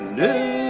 new